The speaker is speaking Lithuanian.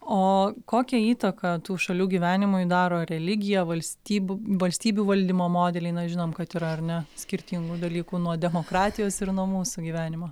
o kokią įtaką tų šalių gyvenimui daro religija valstyb valstybių valdymo modeliai na žinom kad yra ar ne skirtingų dalykų nuo demokratijos ir nuo mūsų gyvenimo